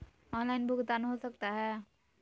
Online भुगतान हो सकता है?